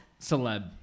Celeb